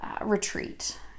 retreat